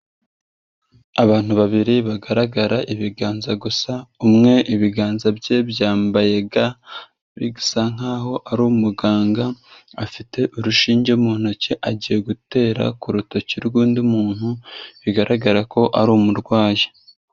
Abantu babiri bagaragara ibiganza gusa, umwe ibiganza bye byambaye ga, bisa nk'aho ari umuganga, afite urushinge mu ntoki agiye gutera ku rutoki rw'undi muntu, bigaragara ko ari umurwayi.